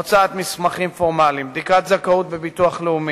הוצאת מסמכים פורמליים, בחינת זכאות בביטוח לאומי,